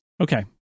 Okay